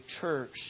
church